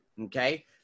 okay